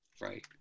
right